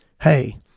Hey